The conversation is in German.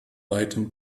weitem